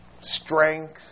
strength